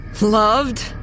Loved